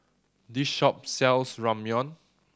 this shop sells Ramyeon